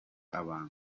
abantu